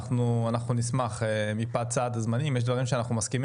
אנחנו נשמח מפאת סעד הזמנים יש דברים שאנחנו מסכימים